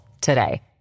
today